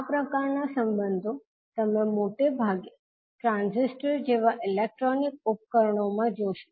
આ પ્રકારના સંબંધો તમે મોટાભાગે ટ્રાંઝિસ્ટર જેવા ઇલેક્ટ્રોનિક ઉપકરણો માં જોશો